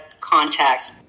contact